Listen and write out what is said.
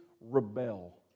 Rebel